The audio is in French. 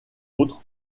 autres